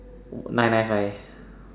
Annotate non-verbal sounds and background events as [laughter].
[noise] nine nine five